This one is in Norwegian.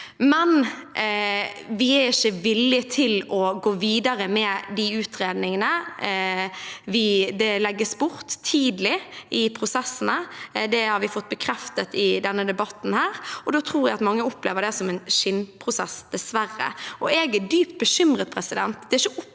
vi er ikke villige til å gå videre med disse utredningene. Det legges bort tidlig i prosessene. Det har vi fått bekreftet i denne debatten, og da tror jeg mange opplever det som en skinnprosess, dessverre. Jeg er dypt bekymret. De